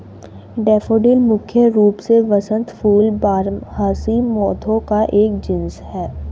daffodil मुख्य रूप से वसंत फूल बारहमासी पौधों का एक जीनस है